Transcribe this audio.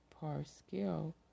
Parscale